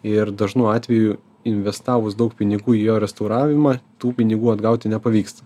ir dažnu atveju investavus daug pinigų į jo restauravimą tų pinigų atgauti nepavyksta